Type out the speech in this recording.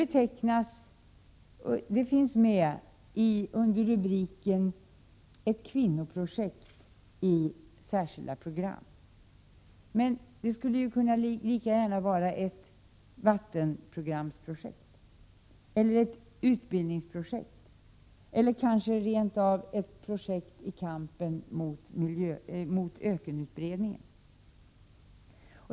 Det finns med under rubriken Ett kvinnoprojekt i Särskilda program, men det skulle lika gärna kunna vara ett vattenprogramsprojekt eller ett utbildningsprojekt eller kanske rent av ett projekt i kampen mot ökenutbredningen.